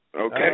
Okay